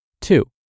Two